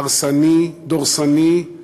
הרסני, דורסני,